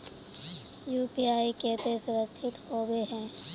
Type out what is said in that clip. UPI केते सुरक्षित होबे है?